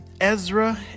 Ezra